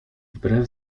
wbrew